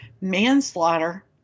manslaughter